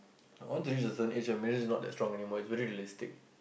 once you reach a certain age maybe it's not that strong anymore it's very realistic